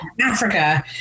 Africa